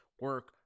Work